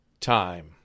time